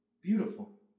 beautiful